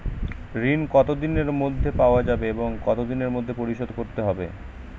ঋণ কতদিনের মধ্যে পাওয়া যাবে এবং কত দিনের মধ্যে পরিশোধ করতে হবে?